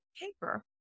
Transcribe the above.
paper